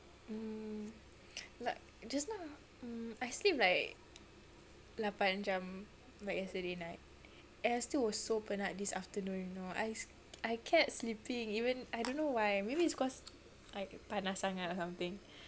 mm like just now mm I sleep like lapan jam like yesterday night and I still was so penat this afternoon you know I kept sleeping even I don't know why maybe it's because I panas sangat or something